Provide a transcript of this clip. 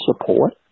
support